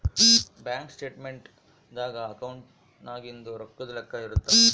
bank statement ದಾಗ ಅಕೌಂಟ್ನಾಗಿಂದು ರೊಕ್ಕದ್ ಲೆಕ್ಕ ಇರುತ್ತ